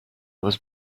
was